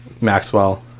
Maxwell